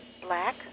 black